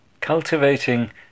Cultivating